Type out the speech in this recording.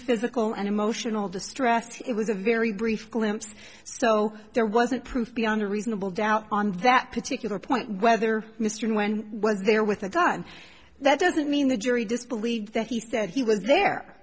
physical and emotional distress it was a very brief glimpse so there wasn't proof beyond a reasonable doubt on that particular point whether mr when he was there with a gun that doesn't mean the jury disbelieved that he said he was